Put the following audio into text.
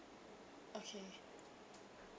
okay